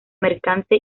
mercante